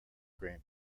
cream